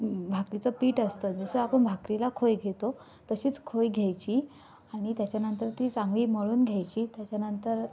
भाकरीचं पीठ असतं जसं आपण भाकरीला खोय घेतो तशीच खोय घ्यायची आणि त्याच्यानंतर ती चांगली मळून घ्यायची त्याच्यानंतर